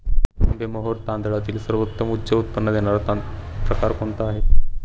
आंबेमोहोर तांदळातील सर्वोत्तम उच्च उत्पन्न देणारा प्रकार कोणता आहे?